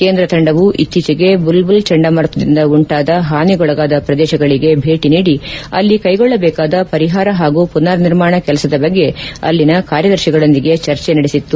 ಕೇಂದ್ರ ತಂಡವು ಇತ್ತೀಚೆಗೆ ಬುಲ್ ಬುಲ್ ಚಂಡಮಾರುತದಿಂದ ಉಂಟಾದ ಹಾನಿಗೊಳಗಾದ ಪ್ರದೇಶಗಳಿಗೆ ಭೇಟಿ ನೀಡಿ ಅಲ್ಲಿ ಕೈಗೊಳ್ಳಬೇಕಾದ ಪರಿಹಾರ ಹಾಗೂ ಪುನರ್ನಿರ್ಮಾಣ ಕೆಲಸದ ಬಗ್ಗೆ ಅಲ್ಲಿನ ಕಾರ್ಯದರ್ತಿಗಳೊಂದಿಗೆ ಚರ್ಚೆ ನಡೆಸಿತ್ತು